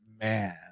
man